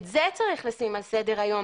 את זה צריך לשים על סדר היום.